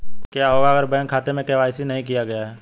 क्या होगा अगर बैंक खाते में के.वाई.सी नहीं किया गया है?